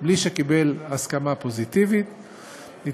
בלי שקיבל מכל אחד מהם הסכמה פוזיטיבית לכך.